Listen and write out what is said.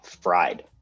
fried